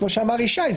כמו שאמר ישי,